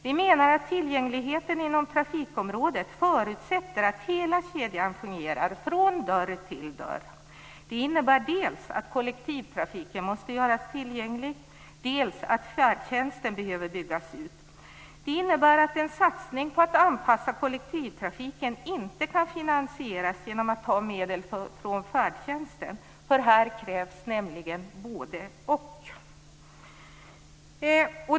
Vi menar att tillgängligheten inom trafikområdet förutsätter att hela kedjan fungerar från dörr till dörr. Det innebär dels att kollektivtrafiken måste göras tillgänglig, dels att färdtjänsten behöver byggas ut. Det innebär att en satsning på att anpassa kollektivtrafiken inte kan finansieras genom att ta medel från färdtjänsten för här krävs nämligen både-och.